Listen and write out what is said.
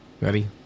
Ready